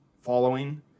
following